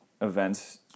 events